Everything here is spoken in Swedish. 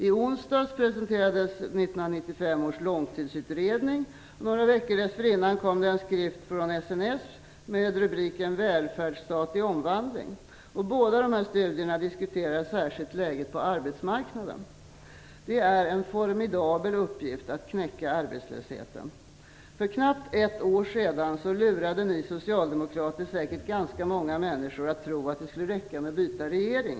I onsdags presenterades 1995 års långtidsutredning, och några veckor dessförinnan kom en skrift från SNS med rubriken Välfärdsstat i omvandling. I båda de här studierna diskuteras särskilt läget på arbetsmarknaden. Det är en formidabel uppgift att knäcka arbetslösheten. För knappt ett år sedan lurade ni socialdemokrater säkert ganska många människor att tro att det skulle räcka med att byta regering.